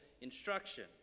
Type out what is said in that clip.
instruction